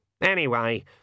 Anyway